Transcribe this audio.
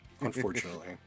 unfortunately